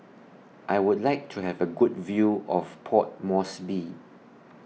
I Would like to Have A Good View of Port Moresby